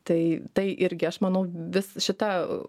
tai tai irgi aš manau vis šita